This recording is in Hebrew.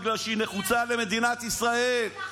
בגלל שהיא נחוצה למדינת ישראל.